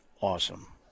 Awesome